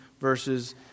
verses